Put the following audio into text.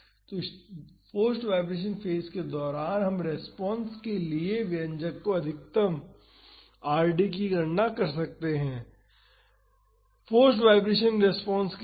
तो forced vibration phase के दौरान हम रेस्पॉन्स के लिए व्यंजक को अधिकतम कर Rd की गणना कर सकते हैं फोर्स्ड वाईब्रेशन रेस्पॉन्स के लिए